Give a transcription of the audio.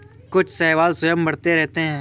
कुछ शैवाल स्वयं बढ़ते रहते हैं